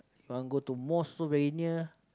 want go to mosque also very near